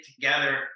together